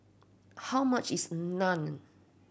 how much is Naan